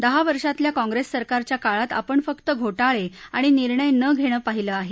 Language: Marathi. दहा वर्षांतल्या कॉंग्रेस सरकारच्या काळात आपण फक्त धोटाळे आणि निर्णय न घेणं पाहिलं आहे